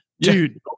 Dude